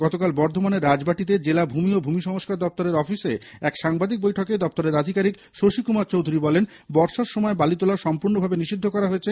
গতকাল বর্ধমানের রাজবাটিতে জেলা ভূমি ও ভূমি সংস্কার দফতরের অফিসে এক সাংবাদিক বৈঠকে দফতরের আধিকারিক শশীকুমার চৌধুরি বলেন বর্ষার সময় বালি তোলা সম্পূর্ণভাবে নিষিদ্ধ করা হয়েছে